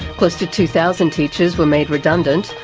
close to two thousand teachers were made redundant,